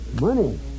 Money